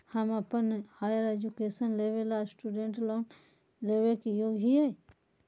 हम अप्पन higher education लेबे ला स्टूडेंट लोन लेबे के योग्य हियै की नय?